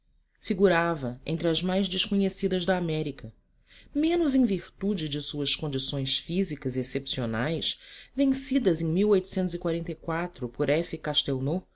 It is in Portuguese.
figurava entre as mais desconhecidas da américa menos em virtude de suas condições físicas excepcionais vencidas em por